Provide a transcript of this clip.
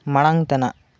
ᱢᱟᱲᱟᱝ ᱛᱮᱱᱟᱜ